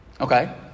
Okay